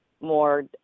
more